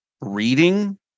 reading